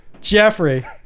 Jeffrey